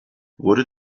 wurde